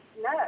no